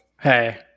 Hey